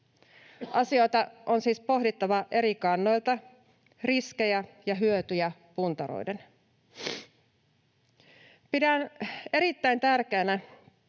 Asioita on siis pohdittava eri kannoilta riskejä ja hyötyjä puntaroiden. Pidän erittäin tärkeänä,